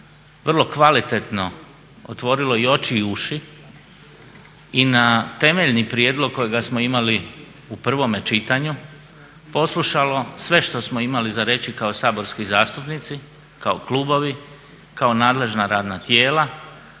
vrlo kvalitetno otvorilo i oči i uši i na temeljni prijedlog kojega smo imali u prvome čitanju poslušalo sve što smo imali za reći kao saborski zastupnici, kao klubovi, kao nadležna radna tijela